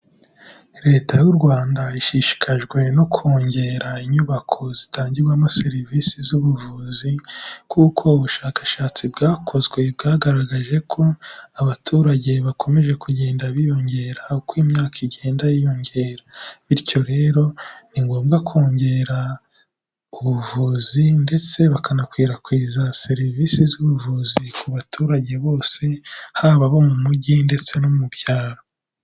Leta y'u Rwanda ishishikajwe no kongera inyubako zitangirwamo serivisi z'ubuvuzi kuko ubushakashatsi bwakozwe, bwagaragaje ko abaturage bakomeje kugenda biyongera uko imyaka igenda yiyongera bityo rero, ni ngombwa kongera ubuvuzi ndetse bakanakwirakwiza serivisi z'ubuvuzi ku baturage bose, haba abo mu mujyi ndetse no mu byaro.